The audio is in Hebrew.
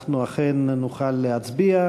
ואנחנו אכן נוכל להצביע.